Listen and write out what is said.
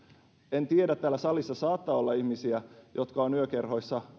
en tiedä mutta täällä salissa saattaa olla ihmisiä jotka ovat yökerhoissa